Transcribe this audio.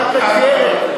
רק הקרן.